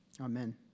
Amen